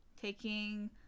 Taking